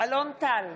אלון טל,